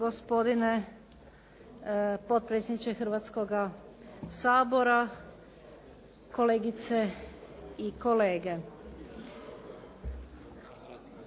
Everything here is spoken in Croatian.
Gospodine potpredsjedniče Hrvatskoga sabora, kolegice i kolege.